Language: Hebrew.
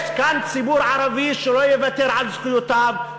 יש כאן ציבור ערבי שלא יוותר על זכויותיו,